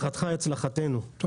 הצלחתך היא הצלחתנו, שיהיה רק בהצלחה.